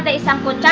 example,